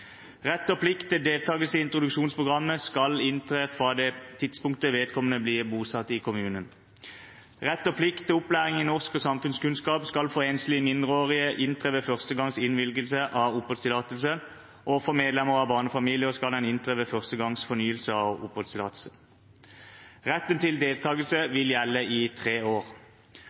Rett og plikt til deltagelse i introduksjonsprogrammet skal inntre fra det tidspunktet vedkommende blir bosatt i kommunen. Rett og plikt til opplæring i norsk og samfunnskunnskap skal for enslige mindreårige inntre ved første gangs innvilgelse av oppholdstillatelse, og for medlemmer av barnefamilier skal den inntre ved første gangs fornyelse av oppholdstillatelse. Retten til deltagelse vil gjelde i tre år.